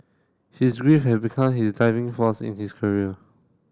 his grief had become his diving force in his career